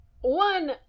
one